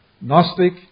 Gnostic